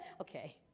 Okay